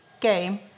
game